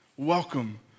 Welcome